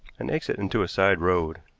an exit into a side road.